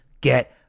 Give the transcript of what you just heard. get